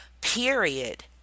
period